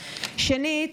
שנית,